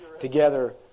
together